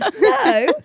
No